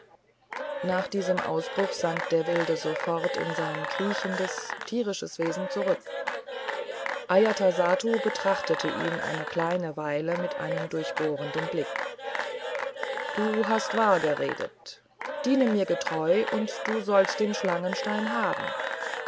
nach diesem ausbruch sank der wilde sofort in sein kriechendes tierisches wesen zurück ajatasattu betrachtete ihn eine kleine weile mit einem durchbohrenden blick du hast wahr geredet diene mir getreu und du sollst den schlangenstein haben